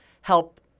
help